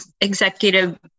executive